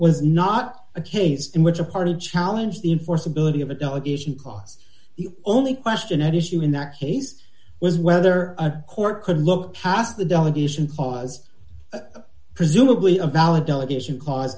was not a case in which a party challenge the enforceability of a delegation cos the only question at issue in that case was whether a court could look past the delegation was presumably a valid delegation ca